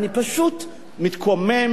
אני פשוט מתקומם,